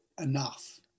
enough